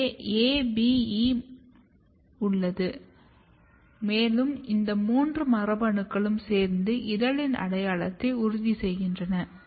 எனவே A B மற்றும் E உள்ளது மேலும் இந்த மூன்று மரபணுக்களும் சேர்ந்து இதழின் அடையாளத்தை உறுதி செய்கின்றன